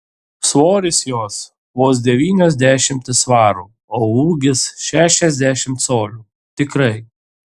svoris jos vos devynios dešimtys svarų o ūgis šešiasdešimt colių tikrai